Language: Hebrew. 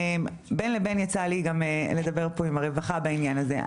בין לבין יצא לי גם לדבר פה עם הרווחה בעניין הזה.